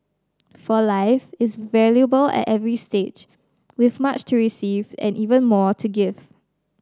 for life is valuable at every stage with much to receive and even more to give